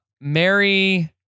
Mary